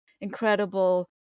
incredible